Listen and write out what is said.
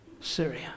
Syria